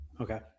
Okay